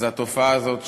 אז התופעה הזאת,